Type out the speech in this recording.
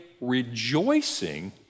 rejoicing